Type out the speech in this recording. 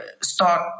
start